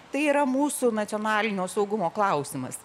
tai yra mūsų nacionalinio saugumo klausimas